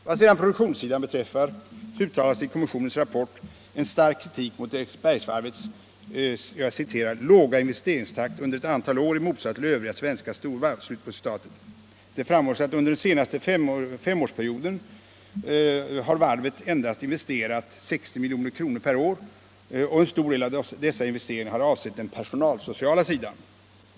Vad sedan produktionssidan beträffar uttalas i kommissionens rapport stark kritik mot Eriksbergsvarvets ”låga investeringstakt under ett antal år i motsats till övriga svenska storvarv”. Det framhålls att under den senaste femårsperioden har varvet endast investerat 60 milj.kr. per år, och en stor del av dessa investeringar har avsett den personalsociala sidan.